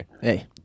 Hey